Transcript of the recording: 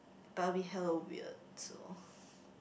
but it will hell of weird so